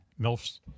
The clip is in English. MILFs